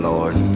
Lord